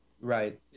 Right